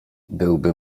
byłby